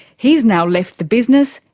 he's now left the business,